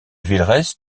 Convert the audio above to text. villerest